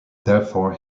therefore